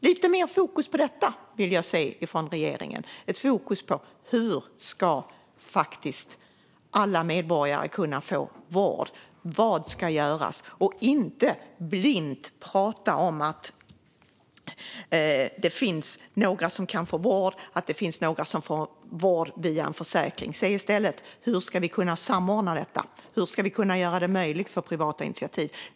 Lite mer fokus på detta vill jag se från regeringen - ett fokus på hur alla medborgare faktiskt ska kunna få vård och vad som ska göras, inte bara blint prat om att det finns några som kan få vård via en försäkring. Säg i stället: Hur ska vi kunna samordna detta? Hur ska vi kunna göra det möjligt för privata initiativ?